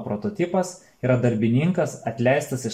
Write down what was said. prototipas yra darbininkas atleistas iš